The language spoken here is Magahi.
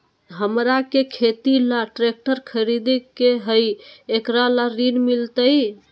हमरा के खेती ला ट्रैक्टर खरीदे के हई, एकरा ला ऋण मिलतई?